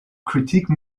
critique